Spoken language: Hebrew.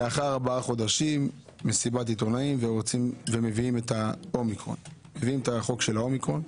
לאחר ארבעה חודשים מסיבת עיתונאים ומביאים את החוק של האומיקרון.